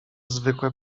zwykłe